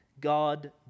God